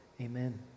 amen